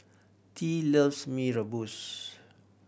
Tea loves Mee Rebus